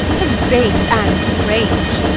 as base as strange.